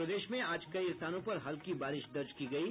और प्रदेश में आज कई स्थानों पर हल्की बारिश दर्ज की गयी